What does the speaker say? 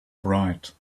bright